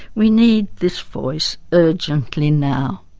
we need this voice urgently now.